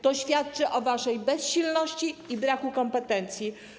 To świadczy o waszej bezsilności i o braku kompetencji.